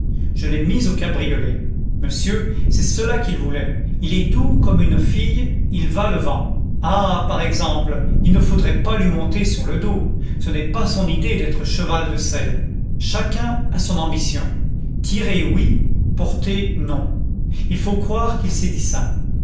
je l'ai mis au cabriolet monsieur c'est cela qu'il voulait il est doux comme une fille il va le vent ah par exemple il ne faudrait pas lui monter sur le dos ce n'est pas son idée d'être cheval de selle chacun a son ambition tirer oui porter non il faut croire qu'il s'est dit ça